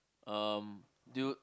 um do you